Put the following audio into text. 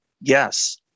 Yes